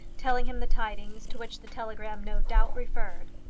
telling him the tidings to which the telegram no doubt referred.